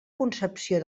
concepció